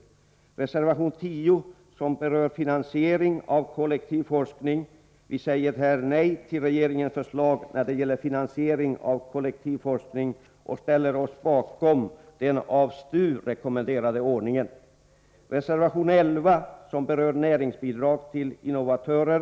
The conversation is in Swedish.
I reservation 10, som berör finansiering av kollektiv forskning, säger vi nej till regeringens förslag när det gäller finansiering av kollektivforskning och ställer oss bakom den av STU rekommenderade ordningen. Reservation 11 berör näringsbidrag till innovatörer.